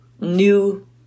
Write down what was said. new